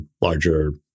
larger